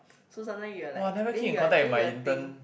so sometimes you are like then you are then you are think